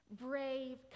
brave